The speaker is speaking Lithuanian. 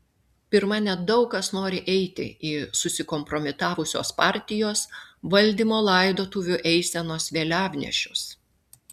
pirma nedaug kas nori eiti į susikompromitavusios partijos valdymo laidotuvių eisenos vėliavnešius